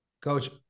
coach